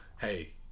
hey